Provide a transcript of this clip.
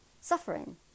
suffering